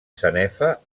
sanefa